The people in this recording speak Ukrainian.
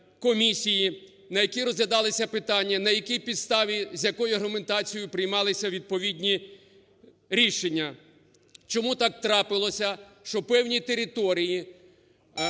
на яких розглядалися питання, на якій підставі, з якою аргументацією приймалися відповідні рішення. Чому так трапилося, що певні території,